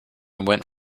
went